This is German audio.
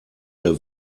der